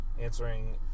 answering